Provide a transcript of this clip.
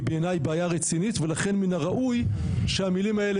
בעיניי בעיה רצינית ולכן מן הראוי שהמילים האלה